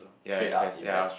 straight up invest